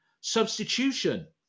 substitution